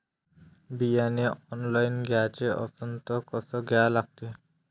बियाने ऑनलाइन घ्याचे असन त कसं घ्या लागते?